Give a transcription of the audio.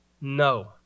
No